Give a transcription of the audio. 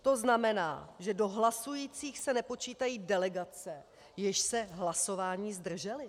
To znamená, že do hlasujících se nepočítají delegace, jež se hlasování zdržely.